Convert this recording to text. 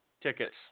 tickets